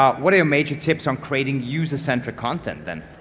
um what are your major tips on creating user-centric content then?